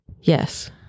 Yes